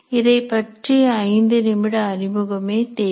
இதை பற்றிய ஐந்து நிமிட அறிமுகமே தேவை